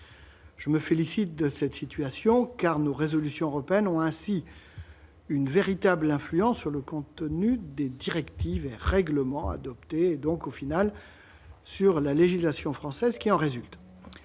Je me félicite de cette situation, car nos résolutions européennes ont ainsi une véritable influence sur le contenu des directives et règlements adoptés, et donc, en définitive, sur la législation française qui en résulte.